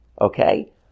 Okay